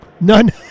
None